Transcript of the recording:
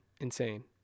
insane